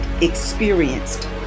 experienced